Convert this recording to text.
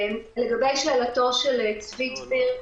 לגבי שאלתו של צבי דביר,